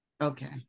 Okay